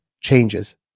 changes